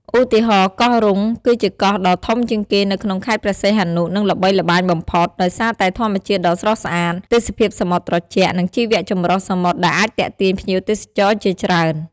ឧទាហរណ៍ កោះរុង គឺជាកោះដ៏ធំជាងគេនៅក្នុងខេត្តព្រះសីហនុ និងល្បីល្បាញបំផុត ដោយសារតែធម្មជាតិដ៏ស្រស់ស្អាត ទេសភាពសមុទ្រត្រជាក់ និងជីវៈចម្រុះសមុទ្រដែលអាចទាក់ទាញភ្ញៀវទេសចរជាច្រើន។